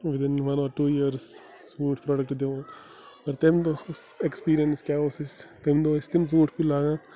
within one or two years ژوٗنٛٹھ product دِوان مگر تَمہِ دۄہ یُس اٮ۪کٕسپیٖریَنٕس کیٛاہ اوس اَسہِ تَمہِ دۄہ ٲسۍ تِم ژوٗنٛٹھۍ کُلۍ لاگان